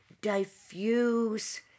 diffuse